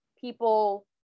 people